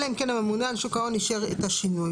אלא אם כן הממונה על שוק ההון אישר את השינוי.